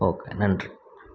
okay நன்றி